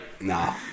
nah